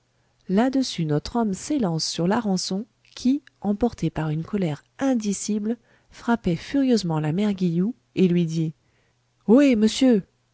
là-dessus notre homme s'élance sur larençon qui emporté par une colère indicible frappait furieusement la mère guilloux et lui dit ohé monsieur